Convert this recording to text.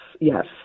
Yes